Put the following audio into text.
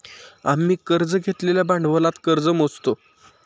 आम्ही कर्ज घेतलेल्या भांडवलात कर्ज मोजतो